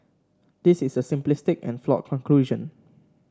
this is a simplistic and flawed conclusion